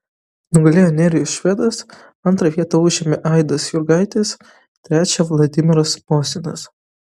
nugalėjo nerijus švedas antrą vietą užėmė aidas jurgaitis trečią vladimiras mosinas